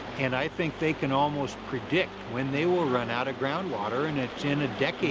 and i think they can almost predict when they will run out of ground water and it's in a